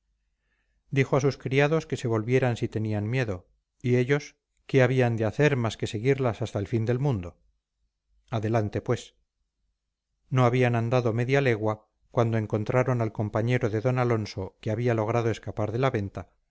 dijo a sus criados que se volvieran si tenían miedo y ellos qué habían de hacer más que seguirlas hasta el fin del mundo adelante pues no habían andado media legua cuando encontraron al compañero de don alonso que había logrado escapar de la venta